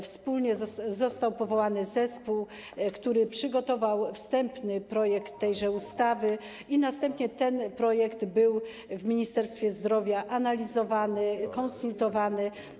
Wspólnie został powołany zespół, który przygotował wstępny projekt tej ustawy, a następnie ten projekt był w Ministerstwie Zdrowia analizowany, konsultowany.